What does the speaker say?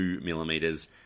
millimeters